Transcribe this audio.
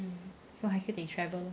so 还是得 travel lor